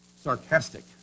sarcastic